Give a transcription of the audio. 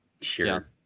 sure